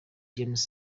james